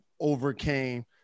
overcame